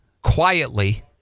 quietly